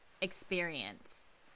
experience